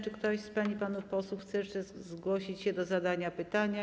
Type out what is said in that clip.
Czy ktoś z pań i panów posłów chce jeszcze zgłosić się do zadania pytania?